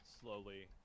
slowly